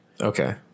Okay